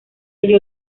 ello